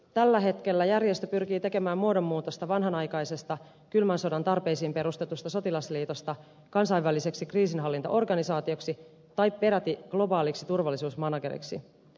tällä hetkellä järjestö pyrkii tekemään muodonmuutosta vanhanaikaisesta kylmän sodan tarpeisiin perustetusta sotilasliitosta kansainväliseksi kriisinhallintaorganisaatioksi tai peräti globaaliksi turvallisuusmanageriksi